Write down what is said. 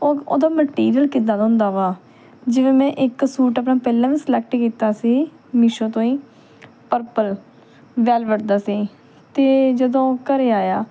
ਉਹ ਉਹਦਾ ਮਟੀਰੀਅਲ ਕਿੱਦਾਂ ਦਾ ਹੁੰਦਾ ਵਾ ਜਿਵੇਂ ਮੈਂ ਇੱਕ ਸੂਟ ਆਪਣਾ ਪਹਿਲਾਂ ਵੀ ਸਲੈਕਟ ਕੀਤਾ ਸੀ ਮੀਸ਼ੋ ਤੋਂ ਹੀ ਪਰਪਲ ਵੈਲਵਟ ਦਾ ਸੀ ਅਤੇ ਜਦੋਂ ਘਰ ਆਇਆ